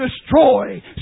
destroy